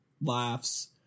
Laughs